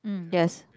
mm yes